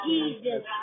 Jesus